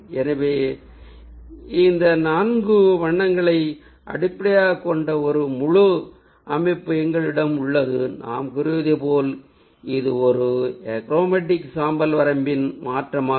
எனவே இந்த நான்கு வண்ணங்களை அடிப்படையாகக் கொண்ட ஒரு முழு அமைப்பும் எங்களிடம் உள்ளது நாம் கூறியது போல் இது ஒரு எக்ரோமேட்டிக் சாம்பல் வரம்பின் மாற்றாகும்